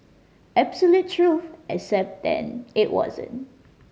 absolute truth except then it wasn't